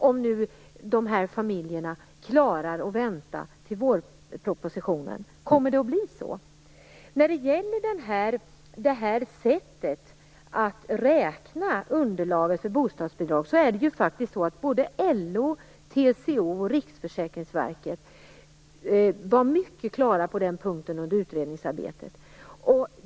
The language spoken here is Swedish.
Om nu de här familjerna klarar av att vänta till vårpropositionen undrar jag om pengarna kommer att kunna betalas ut retroaktivt. Kommer det att bli så? När det gäller beräkningsunderlaget för bostadsbidrag var LO, TCO och Riksförsäkringsverket mycket tydliga under utredningsarbetet.